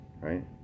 right